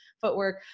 footwork